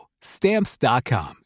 stamps.com